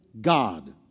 God